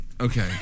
Okay